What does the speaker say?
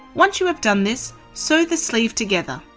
once you have done this, sew the sleeve together.